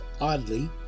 oddly